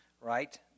right